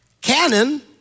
canon